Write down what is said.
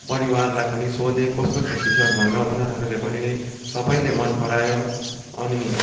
परिवारलाई पनि सोधेँ कोस्तो छ टी सर्ट भनेर उनीहरूले पनि सबैले मन परायो अनि